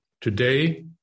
Today